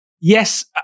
yes